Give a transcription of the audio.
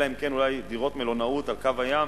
אלא אם כן אולי דירות מלונאות על קו הים,